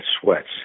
sweats